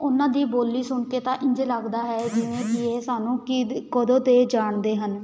ਉਹਨਾਂ ਦੀ ਬੋਲੀ ਸੁਣ ਕੇ ਤਾਂ ਇੰਝ ਲੱਗਦਾ ਹੈ ਜਿਵੇਂ ਕਿ ਇਹ ਸਾਨੂੰ ਕੀਦ ਕਦੋਂ ਦੇ ਜਾਣਦੇ ਹਨ